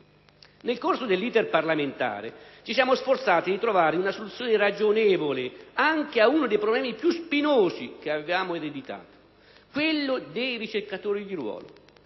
Nel corso dell'*iter* parlamentare ci siamo sforzati di trovare una soluzione ragionevole anche ad uno dei problemi più spinosi che avevamo ereditato: quello dei ricercatori di ruolo,